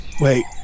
Wait